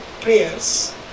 prayers